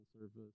surface